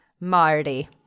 Marty